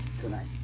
Tonight